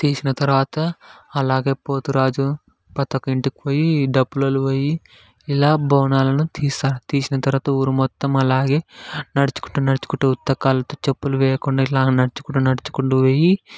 తీసిన తర్వాత అలాగే పోతురాజు ప్రతిఒక్క ఇంటికి పోయి డప్పులోళ్ళు పోయి ఇలా బోనాలను తీస్తారు తీసిన తర్వాత ఊరు మొత్తం అలాగే నడుచుకుంటూ నడుచుకుంటూ ఉత్తకాళ్ళతో చెప్పులు వేయకుండా ఇలాగ నడుచుకుంటూ నడుచుకుంటూ పోయి